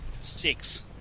Six